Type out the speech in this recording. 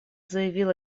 заявил